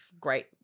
great